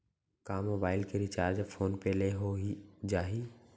का मोबाइल के recharge phone पे ले हो जाही?